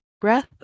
breath